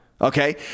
okay